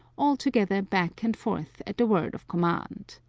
altogether back and forth at the word of command.